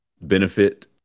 benefit